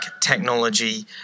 technology